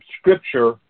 Scripture